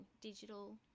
digital